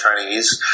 Chinese